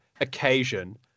occasion